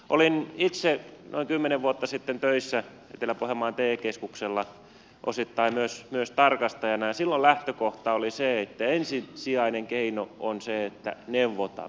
olin itse noin kymmenen vuotta sitten töissä etelä pohjanmaan te keskuksella osittain myös tarkastajana ja silloin lähtökohta oli että ensisijainen keino on se että neuvotaan